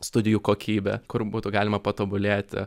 studijų kokybė kur būtų galima patobulėti